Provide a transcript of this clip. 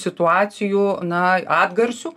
situacijų na atgarsių